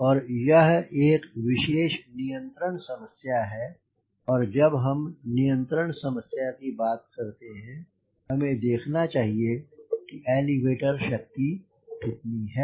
और यह एक विशेष नियंत्रण समस्या है और जब हम नियंत्रण समस्या की बात करते हैं हमें देखना चाहिए कि एलीवेटर की शक्ति कितनी है